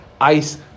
ice